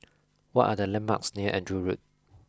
what are the landmarks near Andrew Road